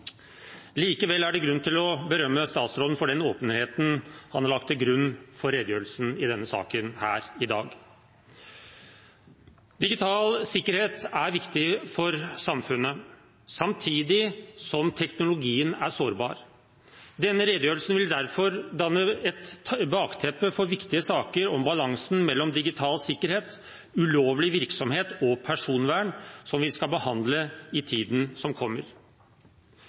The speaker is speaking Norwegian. Likevel er det grunn til å berømme statsråden for den åpenheten han har lagt til grunn for redegjørelsen i denne saken her i dag. Digital sikkerhet er viktig for samfunnet, samtidig er teknologien sårbar. Denne redegjørelsen vil derfor danne et bakteppe for viktige saker om balansen mellom digital sikkerhet, ulovlig virksomhet og personvern som vi skal behandle i tiden som kommer.